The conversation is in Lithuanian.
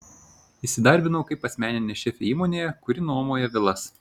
įsidarbinau kaip asmeninė šefė įmonėje kuri nuomoja vilas